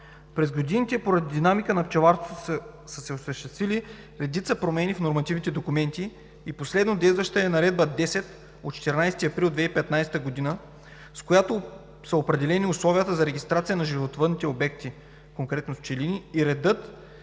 През годините поради динамика на пчеларството са се осъществили редица промени в нормативните документи и последната е Наредба № 10 от 14 април 2015 г., с която са определени условията за регистрация на животновъдните обекти, конкретно пчели, редът